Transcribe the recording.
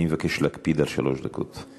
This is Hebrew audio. אני מבקש להקפיד על שלוש דקות.